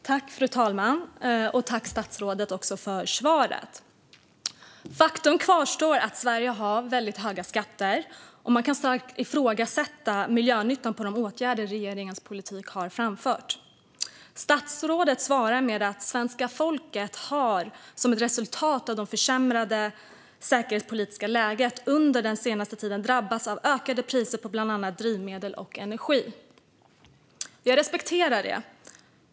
Fru talman! Tack, statsrådet, för svaret! Faktum kvarstår: Sverige har väldigt höga skatter, och man kan starkt ifrågasätta miljönyttan av de åtgärder som regeringen med sin politik har vidtagit. Statsrådet svarar med att svenska folket, som ett resultat av det försämrade säkerhetspolitiska läget, under den senaste tiden har drabbats av ökade priser på bland annat drivmedel och energi. Jag respekterar det.